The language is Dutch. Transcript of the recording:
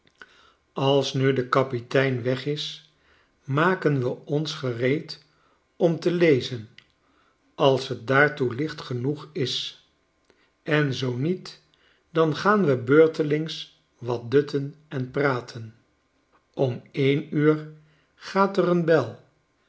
als nu de kapitein weg is maken we ons gereed om te lezen als t daartoe licht genoeg is en zoo niet dan gaan we beurtelings wat dutten en praten om en uur gaat er een bel